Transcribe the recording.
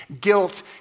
guilt